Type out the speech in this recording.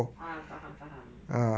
faham faham faham